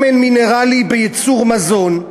שמן מינרלי בייצור מזון,